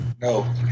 no